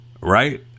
Right